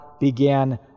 began